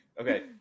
Okay